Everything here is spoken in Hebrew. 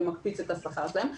ומקפיץ את השכר שלהן,